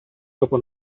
dopo